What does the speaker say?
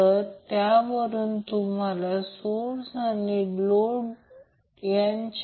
जर तो ∆ असेल जर सोर्स ∆ मध्ये जोडलेला असेल तर आता यामध्ये हे पहा की या प्रकरणात कोणतीही नवीन संज्ञा नाही